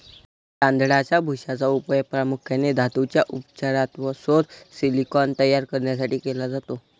तांदळाच्या भुशाचा उपयोग प्रामुख्याने धातूंच्या उपचारात व सौर सिलिकॉन तयार करण्यासाठी केला जातो